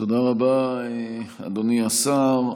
תודה רבה, אדוני השר.